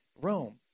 Rome